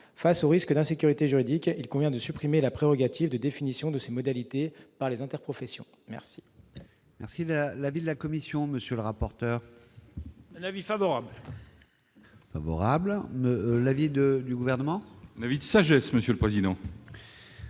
Face aux risques d'insécurité juridique, il convient de supprimer la prérogative de définition de ces modalités par les interprofessions. Quel